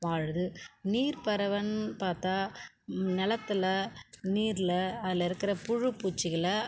வாழுது நீர்ப்பறைவன்னு பார்த்தா நிலத்துல நீரில் அதில் இருக்கிற புழு பூச்சிகளை